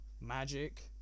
magic